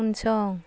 उनसं